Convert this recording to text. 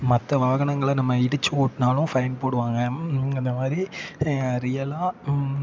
மற்ற வாகனங்களை நம்ம இடித்து ஓட்டினாலும் ஃபைன் போடுவாங்க அந்த மாதிரி ரியலாக